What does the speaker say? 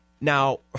Now